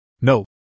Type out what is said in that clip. No